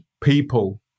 people